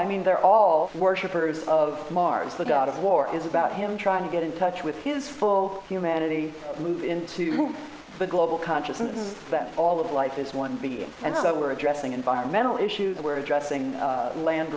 i mean they're all worshippers of mars the god of war is about him trying to get in touch with his full humanity move into the global consciousness that all of life is one big and so we're addressing environmental issues where addressing land